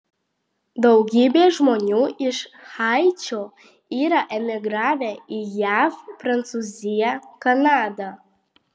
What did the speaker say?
daugybė žmonių iš haičio yra emigravę į jav prancūziją kanadą